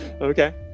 Okay